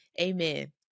Amen